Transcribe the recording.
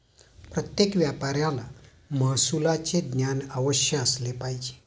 प्रत्येक व्यापाऱ्याला महसुलाचे ज्ञान अवश्य असले पाहिजे